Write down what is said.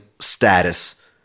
status